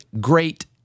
great